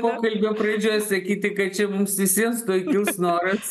pokalbio pradžioj sakyti kad čia mums visiems tuoj kils noras